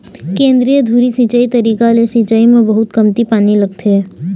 केंद्रीय धुरी सिंचई तरीका ले सिंचाई म बहुत कमती पानी लागथे